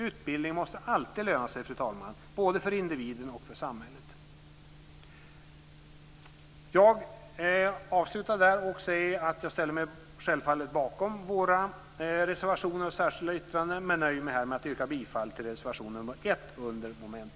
Utbildning måste alltid löna sig - både för individen och för samhället. Jag avslutar med att säga att jag självfallet ställer mig bakom våra reservationer och särskilda yttrande men nöjer mig här med att yrka bifall till reservation nr 1 under mom. 1.